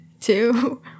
two